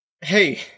hey